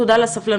ותודה על הסבלנות,